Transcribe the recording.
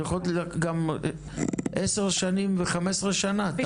זה יכול לקחת גם 10-15 שנים.